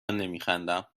نمیخندم